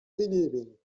verdieping